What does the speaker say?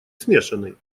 смешанный